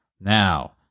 Now